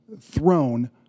throne